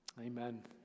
Amen